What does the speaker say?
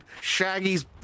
Shaggy's